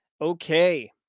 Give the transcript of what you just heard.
Okay